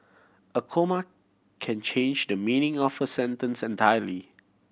a comma can change the meaning of a sentence entirely